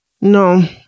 No